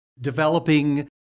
developing